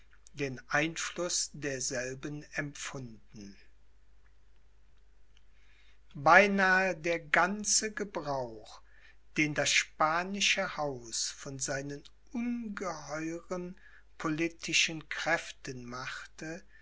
den einfluß derselben empfunden beinahe der ganze gebrauch den das spanische haus von seinen ungeheuren politischen kräften machte